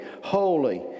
holy